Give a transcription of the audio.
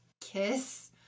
kiss